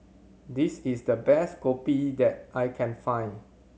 this is the best Kopi that I can find